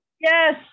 Yes